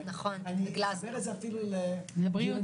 אני אומר את זה אפילו לנוכחים,